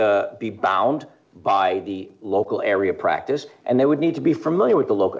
be bound by the local area practice and they would need to be familiar with the lo